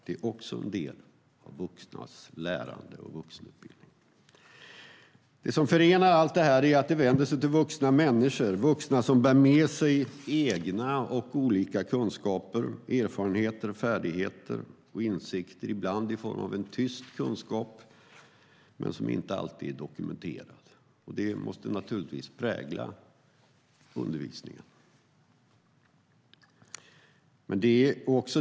Det är också en del av vuxnas lärande och vuxenutbildning. Det som förenar allt det här är att utbildningen vänder sig till vuxna människor, vuxna som bär med sig egna och olika kunskaper, erfarenheter, färdigheter och insikter, ibland i form av en tyst kunskap men som inte alltid är dokumenterad. Det måste naturligtvis prägla undervisningen.